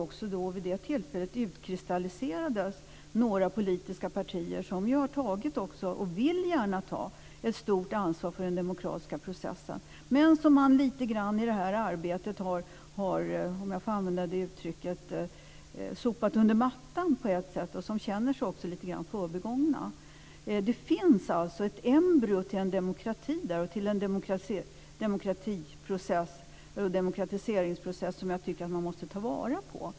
Vid det tillfället utkristalliserades några politiska partier som ju också har tagit och gärna vill ta ett stort ansvar för den demokratiska processen men som man lite grann i det här arbetet har sopat under mattan på ett sätt, om jag får använda det uttrycket, och som också känner sig lite grann förbigångna. Det finns alltså ett embryo till en demokrati där och till en demokratiseringsprocess som jag tycker att man måste ta vara på.